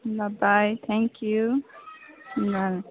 ल बाई थ्याङ्क्यु ल ल